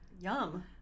Yum